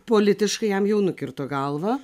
politiškai jam jau nukirto galvą